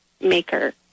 maker